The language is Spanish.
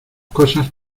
cosas